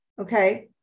okay